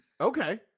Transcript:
Okay